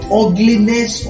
ugliness